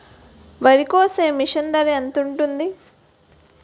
వరి కోసే మిషన్ ధర ఎంత ఉంటుంది?